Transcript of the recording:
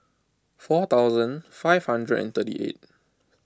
four thousand five hunderd thirty eight